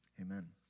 amen